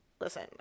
listen